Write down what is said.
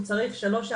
הוא צריך 3,